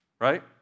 right